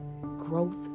Growth